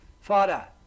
father